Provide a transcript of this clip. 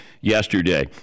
yesterday